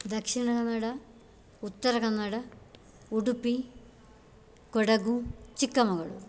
Dakshina Kannada Uttara Kannada Udupi Kodagu Chikkamagaluru